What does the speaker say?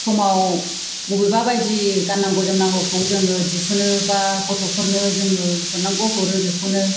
समाव अबेबा बायदि गाननांगौ जोमनांगौखौ जोङो दिहुनो बा गथ'फोरनो जोङो हरनांगौ हरो बेखौनो